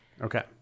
Okay